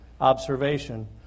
observation